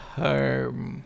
home